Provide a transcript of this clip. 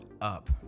up